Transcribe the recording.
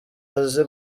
azi